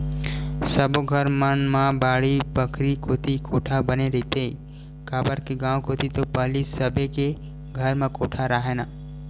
सबे घर मन म बाड़ी बखरी कोती कोठा बने रहिथे, काबर के गाँव कोती तो पहिली सबे के घर म कोठा राहय ना